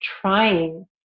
trying